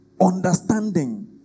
understanding